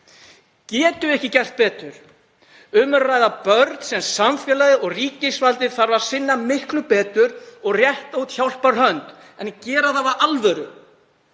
við ekki gert betur? Um er að ræða börn sem samfélagið og ríkisvaldið þarf að sinna miklu betur, rétta út hjálparhönd en gera það af alvöru.